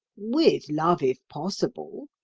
with love, if possible,